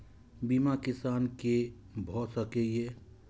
बीमा किसान कै भ सके ये?